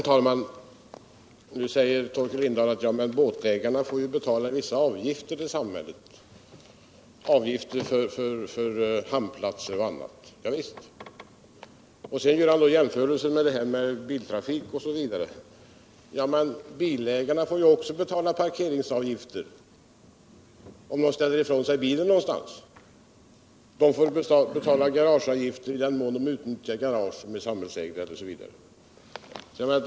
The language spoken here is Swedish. Herr talman! Nu säger Torkel Lindahl att båtägarna får betala vissa avgifter till samhället, för hamnplatser etc. Ja, visst. Sedan gör han jämförelser med biltrafiken. Bilägarna får ju också betala parkeringsavgifter om de ställer ifrån sig bilen någonstans. De får betala garageavgifter i den mån de utnyttjar garage som exempelvis är samhällsägda.